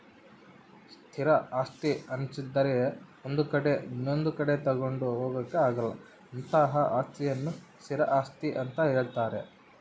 ಸ್ಥಿರ ಆಸ್ತಿ ಅನ್ನಿಸದ್ರೆ ಒಂದು ಕಡೆ ಇನೊಂದು ಕಡೆ ತಗೊಂಡು ಹೋಗೋಕೆ ಆಗಲ್ಲ ಅಂತಹ ಅಸ್ತಿಯನ್ನು ಸ್ಥಿರ ಆಸ್ತಿ ಅಂತ ಹೇಳ್ತಾರೆ